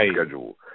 schedule